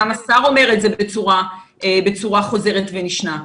גם השר אומר את זה בצורה חוזרת ונשנית,